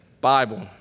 Bible